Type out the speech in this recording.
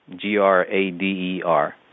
G-R-A-D-E-R